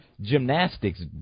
gymnastics